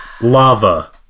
Lava